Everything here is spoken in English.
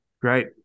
Great